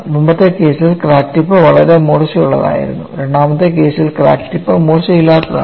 മുമ്പത്തെ കേസിൽ crack tip വളരെ മൂർച്ചയുള്ളതായിരുന്നു രണ്ടാമത്തെ കേസിൽ ക്രാക്ക് ടിപ്പ് മൂർച്ച ഇല്ലാത്തതാണ്